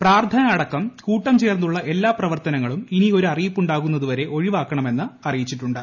പ്രാർത്ഥന അടക്കം കൂട്ടംചേർന്നുള്ള എല്ലാ പ്രവർത്തനങ്ങളും ഇനി ഒരു അറിയിപ്പുണ്ടാകുന്നതുവരെ ഒഴിവാക്കണമെന്ന് അറിയിച്ചിട്ടുണ്ട്